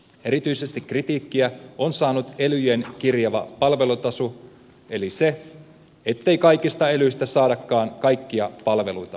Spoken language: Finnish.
erityisesti kritiikkiä on saanut elyjen kirjava palvelutaso eli se ettei kaikista elyistä saadakaan kaikkia palveluita kerralla